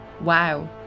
Wow